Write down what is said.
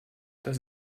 das